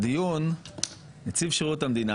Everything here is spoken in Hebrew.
בדיון נציב שירות המדינה,